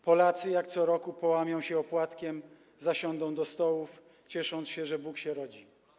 Polacy jak co roku połamią się opłatkiem, zasiądą do stołów, ciesząc się, że Bóg się rodzi.